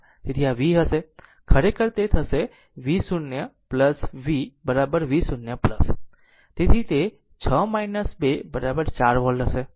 તેથી v હશે ખરેખર તે થશે v0 v v0 રહો તે 6 2 4 વોલ્ટ હશે